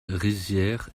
rizières